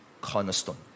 cornerstone